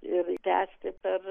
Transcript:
ir tęsti per